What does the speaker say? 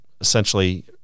essentially